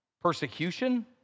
persecution